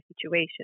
situation